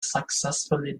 successfully